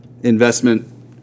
investment